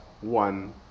one